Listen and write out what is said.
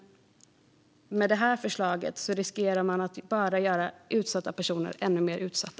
Med det här förslaget riskerar man dock att göra utsatta personer ännu mer utsatta.